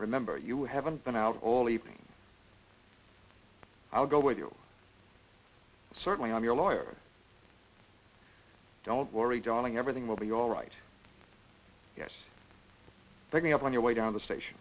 remember you haven't been out all evening i'll go with you certainly i'm your lawyer don't worry darling everything will be all right yes bringing up on your way down the station